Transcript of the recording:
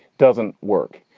doesn't work.